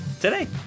today